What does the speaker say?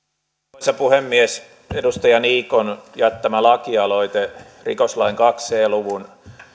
arvoisa puhemies edustaja niikon jättämä lakialoite laiksi rikoslain kaksi c luvun